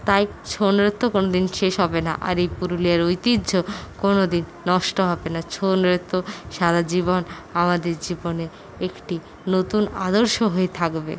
তাই ছৌ নৃত্য কোনও দিন শেষ হবে না আর এই পুরুলিয়ার ঐতিহ্য কোনও দিন নষ্ট হবে না ছৌ নৃত্য সারা জীবন আমাদের জীবনে একটি নতুন আদর্শ হয়ে থাকবে